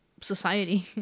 society